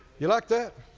you like that?